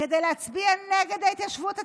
כדי להצביע נגד ההתיישבות הצעירה.